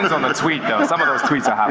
on the tweet though. some of those tweets are hot